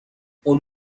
اون